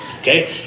okay